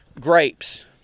grapes